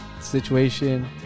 Situation